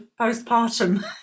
postpartum